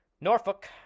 Norfolk